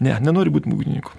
ne nenoriu būt būgnininku